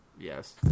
Yes